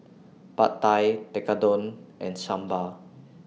Pad Thai Tekkadon and Sambar